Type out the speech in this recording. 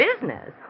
Business